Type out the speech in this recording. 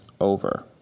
over